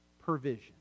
provision